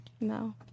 no